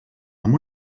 amb